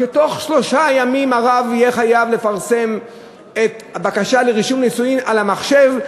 שבתוך שלושה ימים הרב יהיה חייב לפרסם את הבקשה לרישום נישואין במחשב,